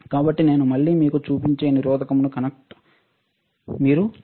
కాబట్టి నేను మళ్ళీ మీకు చూపించే నిరోధకమును కనెక్ట్ మీరు చూశారా